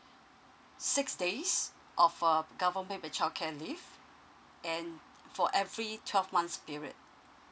six days of uh government pay childcare leave and for every twelve months period